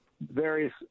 various